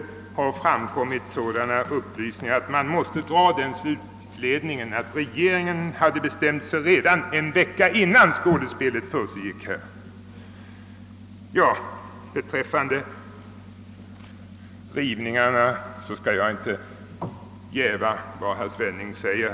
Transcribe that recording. Det har framkommit sådana upplysningar, att man måste dra slutsatsen att regeringen gjort detta redan en vecka före skådespelet här i riksdagen. I fråga om rivningarna skall jag inte jäva vad herr Svenning säger.